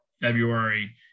February